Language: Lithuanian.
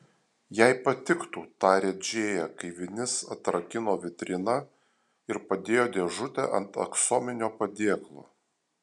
jai patiktų tarė džėja kai vinis atrakino vitriną ir padėjo dėžutę ant aksominio padėklo